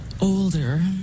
older